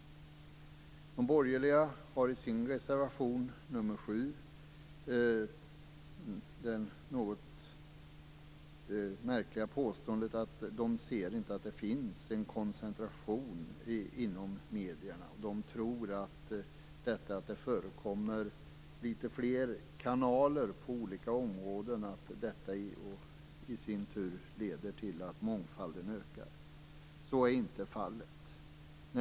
De borgerliga har i sin reservation nr 7 gjort det något märkliga påståendet att de inte ser att det finns en koncentration inom medierna. De tror att detta att det förekommer fler kanaler på olika områden i sin tur leder till att mångfalden ökar. Så är inte fallet.